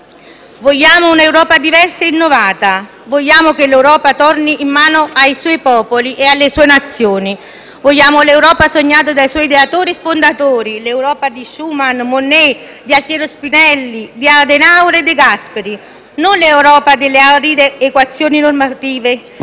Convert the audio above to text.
Vogliamo un'Europa diversa e innovata; vogliamo che l'Europa torni in mano ai suoi popoli e alle sue nazioni. Vogliamo l'Europa sognata dai suoi ideatori e fondatori: l'Europa di Schuman, di Monnet, di Altiero Spinelli, di Adenauer e De Gasperi; non l'Europa delle aride equazioni normative,